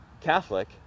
Catholic